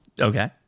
Okay